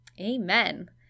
Amen